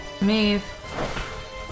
...move